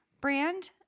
brand